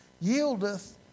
yieldeth